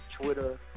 Twitter